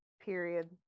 Period